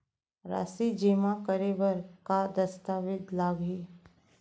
राशि जेमा करे बर का दस्तावेज लागही?